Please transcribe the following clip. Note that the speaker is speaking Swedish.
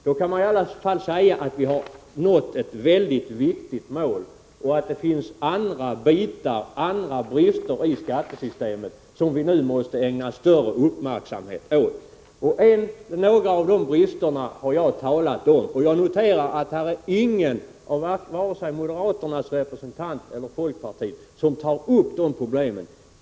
Då kan man i alla fall säga att vi nått ett väldigt viktigt mål. Det finns andra brister i skattesystemet som vi nu måste ägna större uppmärksamhet åt. Några av dessa brister har jag talat om. Jag noterar att ingen här, vare sig moderaternas eller folkpartiets representant, tar upp dessa problem.